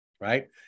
right